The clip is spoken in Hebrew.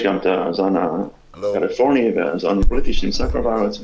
יש גם את הזן הקליפורני והזן --- שנמצאים כבר בארץ.